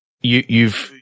you've-